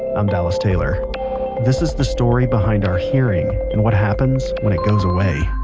i'm dallas taylor this is the story behind our hearing and what happens when it goes away